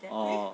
oh